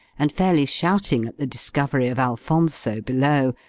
and fairly shouting at the discovery of alphonso below,